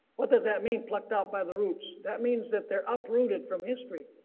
what does that mean plucked out by the roots. that means that they're uprooted from history.